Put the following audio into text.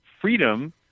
freedom